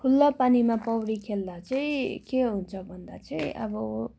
खुल्ला पानीमा पौडी खेल्दा चाहिँ के हुन्छ भन्दा चाहिँ अब